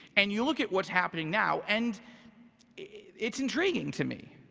and you look at what's happening now and it's intriguing to me.